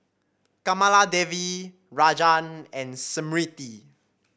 Kamaladevi Rajan and Smriti